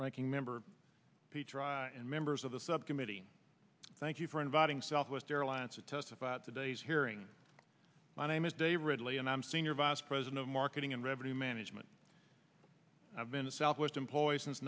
ranking member and members of the subcommittee thank you for inviting southwest airlines to testify at today's hearing my name is dave ridley and i'm senior vice president of marketing and revenue management i've been to southwest employ